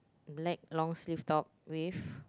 black long sleeve top with